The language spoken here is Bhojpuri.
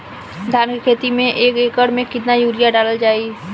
धान के खेती में एक एकड़ में केतना यूरिया डालल जाई?